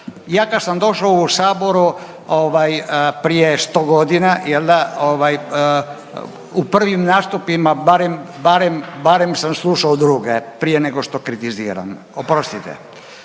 ja kad sam došao u saboru ovaj prije 100 godina jel da ovaj u prvim nastupima barem, barem sam slušao druge prije nego što kritiziram. Oprostite,